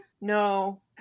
No